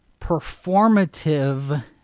performative